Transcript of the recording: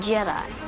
Jedi